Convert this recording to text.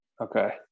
Okay